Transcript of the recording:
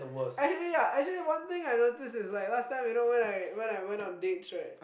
actually yeah actually one thing I notice is like last time you know when I when I went on dates right